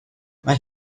mae